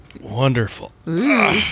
Wonderful